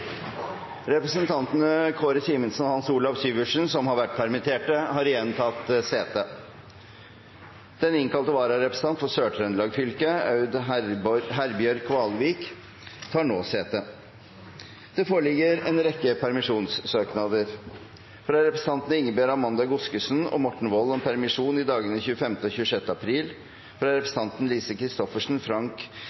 Representantene Kåre Simensen og Hans Olav Syversen , som har vært permittert, har igjen tatt sete. Den innkalte vararepresentant for Sør-Trøndelag fylke, Aud Herbjørg Kvalvik , tar nå sete. Det foreligger en rekke permisjonssøknader: fra representantene Ingebjørg Amanda Godskesen og Morten Wold om permisjon i dagene 25. og 26. april, og fra